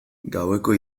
gaueko